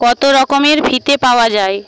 কত রকমের ফিতে পাওয়া যায়